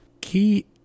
key